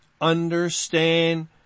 understand